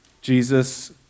Jesus